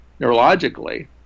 neurologically